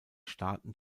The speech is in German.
staaten